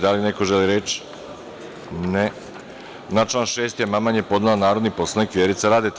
Da li neko želi reč? (Ne) Na član 6. amandman je podnela narodni poslanik Vjerica Radeta.